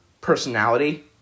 personality